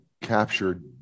captured